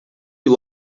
you